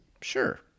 sure